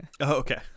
okay